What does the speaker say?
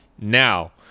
Now